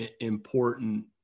important